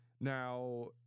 now